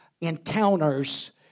encounters